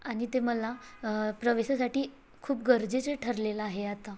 आणि ते मला प्रवेशासाठी खूप गरजेचे ठरलेलं आहे आता